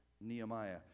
Nehemiah